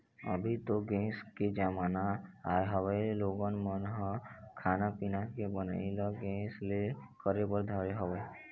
अभी तो गेस के जमाना आय हवय लोगन मन ह खाना पीना के बनई ल गेस ले करे बर धरे हवय